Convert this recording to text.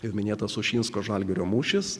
ir minėtas sušinsko žalgirio mūšis